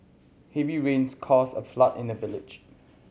heavy rains caused a flood in the village